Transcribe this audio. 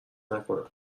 نکنم